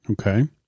Okay